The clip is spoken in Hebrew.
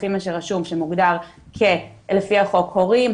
לפי מה שרשום שמוגדר לפי החוק הורים,